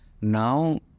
Now